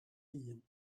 hun